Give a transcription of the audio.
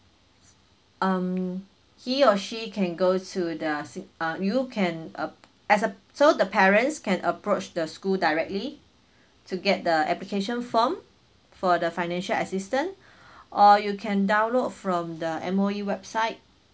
s~ um he or she can go to the sing~ uh you can uh as a so the parents can approach the school directly to get the application form for the financial assistant or you can download from the M_O_E website